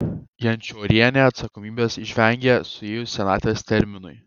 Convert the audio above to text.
jančiorienė atsakomybės išvengė suėjus senaties terminui